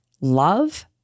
love